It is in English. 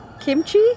Kimchi